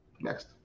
next